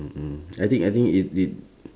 mm mm I think I think it it